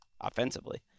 offensively